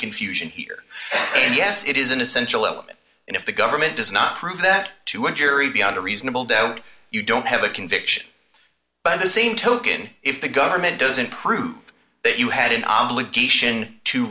confusion here and yes it is an essential element and if the government does not prove that to a jury beyond a reasonable doubt you don't have a conviction by the same token if the government doesn't prove that you had an obligation to